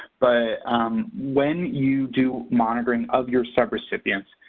but when you do monitoring of your subrecipients,